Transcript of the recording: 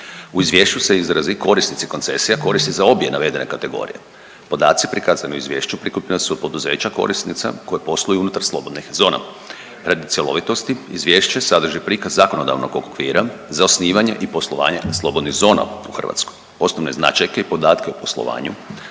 U Izvješću se izrazi „korisnici koncesija“ koristi za obje navedene kategorije. Podaci prikazani u Izvješću prikupljena su od poduzeća korisnica koji posluju unutar slobodnih zona. Radi cjelovitosti, izvješće sadrži prikaz zakonodavnog okvira za osnivanje i poslovanje slobodnih zona u Hrvatskoj, osnovne značajke i podatke o poslovanju